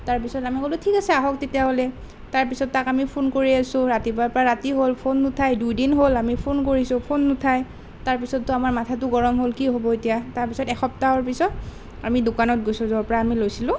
তাৰপিছত আমি ক'লোঁ ঠিক আছে আহক তেতিয়াহ'লে তাৰপিছত তাক আমি ফোন কৰি আছোঁ ৰাতিপুৱাৰ পৰা ৰাতি হ'ল ফোন নুঠায় দুদিন হ'ল আমি ফোন কৰিছোঁ ফোন নুঠায় তাৰপাছততো আমাৰ মাথাটো গৰম হ'ল কি হ'ব এতিয়া তাৰপিছত এসপ্তাহৰ পিছত আমি দোকানত গৈছোঁ আমি য'ৰ পৰা আমি লৈছিলোঁ